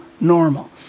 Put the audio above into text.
normal